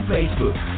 Facebook